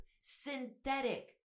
synthetic